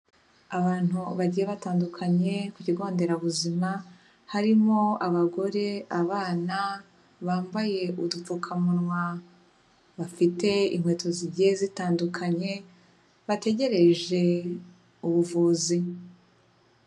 Abantu bagiye batandukanye ku kigo nderabuzima harimo abagore, abana bambaye udupfukamunwa, bafite inkweto zigiye zitandukanye bategereje ubuvuzi.